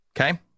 Okay